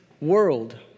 world